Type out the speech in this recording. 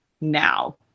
now